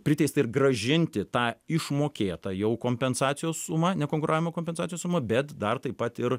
priteista ir grąžinti tą išmokėtą jau kompensacijos sumą nekonkuravimo kompensacijų suma bet dar taip pat ir